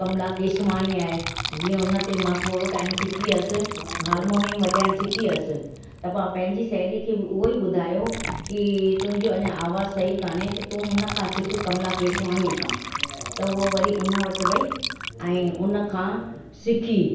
कमला केसवाणी आहे जीअं उन ते मां थोरो टाइम सिखी हुयसि हारमोनियम वजाइण सिखी हुयसि त मां पंहिंजी साहेड़ी खे बि उहेई ॿुधायो की तुंहिंजो अञा आवाज़ु सही कोन्हे त तू उन खां सिख कमला केसवाणीअ खां त उअ वरी उन वटि वई ऐं उनखां सिखी